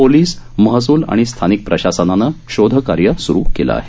police महसूल आणि स्थानिक प्रशासनानं शोधकार्य सूरू केलं आहे